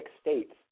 states